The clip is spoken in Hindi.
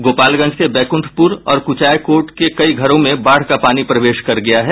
गोपालगंज के बैकुंठपुर और कुचायकोट के कई घरों में बाढ़ का पानी प्रवेश कर गया है